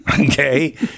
okay